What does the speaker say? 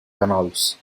reynolds